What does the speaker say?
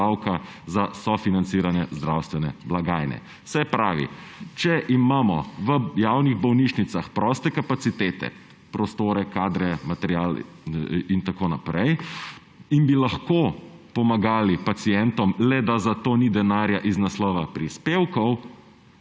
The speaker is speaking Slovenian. za sofinanciranje zdravstvene blagajne, saj pravi, če imamo v javnih bolnišnicah proste kapacitete, prostore, kadre, material in tako naprej in bi lahko pomagali pacientom, le da za to ni denarja z naslova prispevkov,